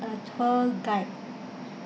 a tour guide